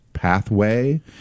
Pathway